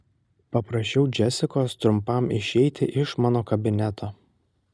paprašiau džesikos trumpam išeiti iš mano kabineto